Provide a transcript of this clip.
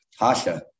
Tasha